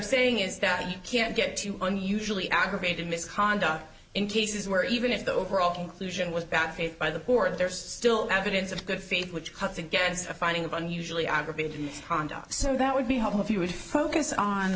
saying is that you can't get to an usually aggravated misconduct in cases where even if the overall conclusion was bad faith by the poor there is still evidence of good faith which cuts against a finding of unusually aggravated conduct so that would be helpful if you would focus on